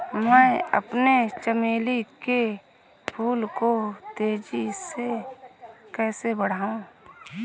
मैं अपने चमेली के फूल को तेजी से कैसे बढाऊं?